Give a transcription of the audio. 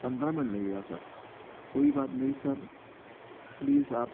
پندرہ منٹ لگے گا سر کوئی بات نہیں سر پلیز آپ